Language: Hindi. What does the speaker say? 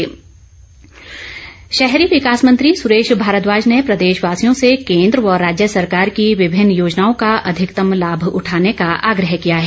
सुरेश भारद्वाज शहरी विकास मंत्री सुरेश भारद्वाज ने प्रदेश वासियों से केन्द्र व राज्य सरकार की विभिन्न योजनाओं का अधिकतम लाभ उठाने का आग्रह किया है